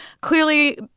Clearly